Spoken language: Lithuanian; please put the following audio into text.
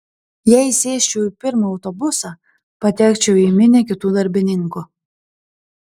jei įsėsčiau į pirmą autobusą patekčiau į minią kitų darbininkų